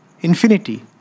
infinity